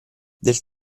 del